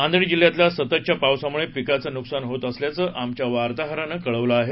नांदेड जिल्ह्यातही सततच्या पावसामुळे पिकांच नुकसान होत असल्याचं आमच्य वार्ताहरानं कळवलं आहे